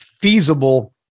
feasible